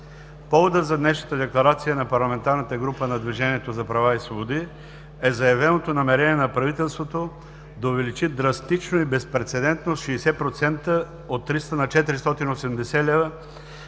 Поводът за днешната декларация на парламентарната група на „Движението за права и свободи“ е заявеното намерение на правителството да увеличи драстично и безпрецедентно с 60% – от 300 на 480 лв.,